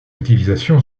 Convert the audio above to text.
utilisation